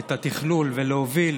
את התכלול ולהוביל